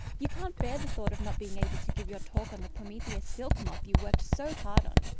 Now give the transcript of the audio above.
you can't bear the thought of not being able to give your talk on the promethea silkmoth you worked so hard on.